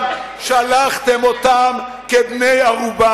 הוגשו רק ארבעה כתבי אישום.